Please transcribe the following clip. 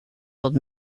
old